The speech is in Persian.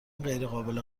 غیرقابل